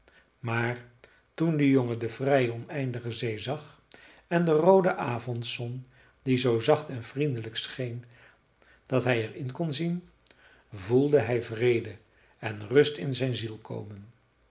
maar toen de jongen de vrije oneindige zee zag en de roode avondzon die zoo zacht en vriendelijk scheen dat hij er in kon zien voelde hij vrede en rust in zijn ziel komen